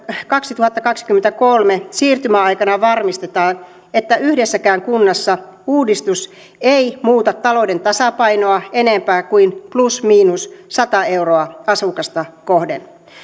kaksituhattakaksikymmentäkolme siirtymäaikana varmistetaan että yhdessäkään kunnassa uudistus ei muuta talouden tasapainoa enempää kuin plus miinus sata euroa asukasta kohden